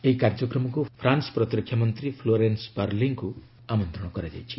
ଏହି କାର୍ଯ୍ୟକ୍ରମକୁ ଫ୍ରାନ୍ୱ ପ୍ରତିରକ୍ଷାମନ୍ତ୍ରୀ ଫ୍ଲୋରେନ୍ସ ପାର୍ଲିଙ୍କୁ ଆମନ୍ତ୍ରଣ କରାଯାଇଛି